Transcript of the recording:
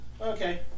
Okay